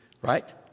right